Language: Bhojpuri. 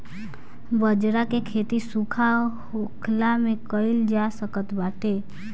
बजरा के खेती सुखा होखलो में कइल जा सकत बाटे